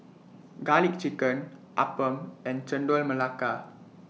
Garlic Chicken Appam and Chendol Melaka